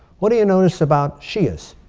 what do you notice about shi'as